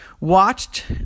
Watched